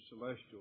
Celestial